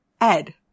Ed